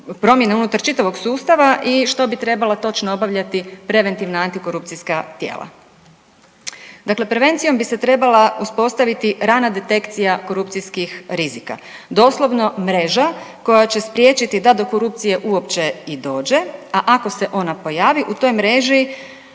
promjene unutar čitavog sustava i što bi trebala točno obavljati preventivna antikorupcijska tijela. Dakle, prevencijom bi se trebala uspostaviti rana detekcija korupcijskih rizika. Doslovno mreža koja će spriječiti da do korupcije uopće i dođe a ako se ona pojavi u toj mreži